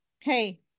hey